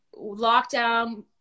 lockdown